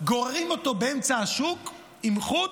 גוררים אותו באמצע השוק עם חוט,